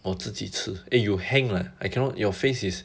我自己吃 eh you hang lah I cannot your face is